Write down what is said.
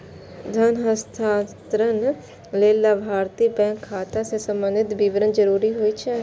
धन हस्तांतरण लेल लाभार्थीक बैंक खाता सं संबंधी विवरण जरूरी होइ छै